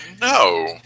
No